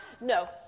No